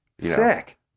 sick